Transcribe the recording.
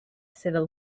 civil